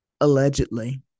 Allegedly